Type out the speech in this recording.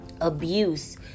Abuse